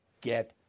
get